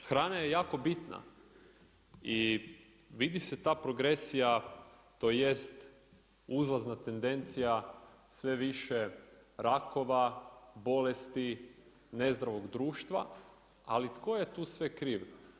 Hrana je jako bitna i vidi se ta progresija tj. uzlazna tendencija sve više rakova, bolesti, ne zdravog društva, ali tko je tu sve kriv?